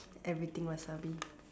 everything wasabi